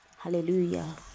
Hallelujah